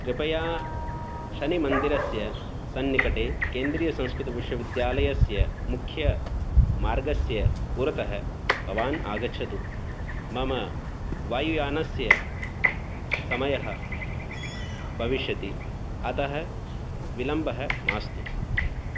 कृपया शनिमन्दिरस्य सन्निकटे केन्द्रीयसंस्कृतविश्वद्यालयस्य मुख्यमार्गस्य पुरतः भवान् आगच्छतु मम वायुयानस्य समयः भविष्यति अतः विलम्बः मास्तु